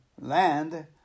land